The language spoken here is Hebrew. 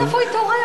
סוף-סוף הוא התעורר.